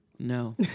No